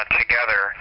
together